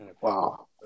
Wow